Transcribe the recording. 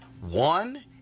One